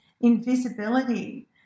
invisibility